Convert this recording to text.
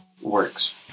works